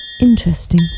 Interesting